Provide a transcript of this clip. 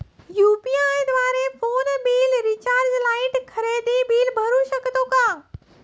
UPI द्वारे phone bill, recharge, light, खरेदी bill भरू शकतो का?